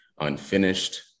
unfinished